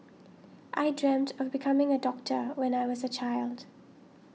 I dreamt of becoming a doctor when I was a child